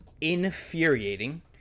infuriating